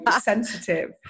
sensitive